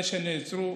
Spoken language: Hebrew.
זה שנעצרו,